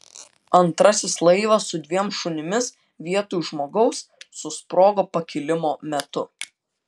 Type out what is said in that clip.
antrasis laivas su dviem šunimis vietoj žmogaus susprogo pakilimo metu